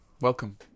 Welcome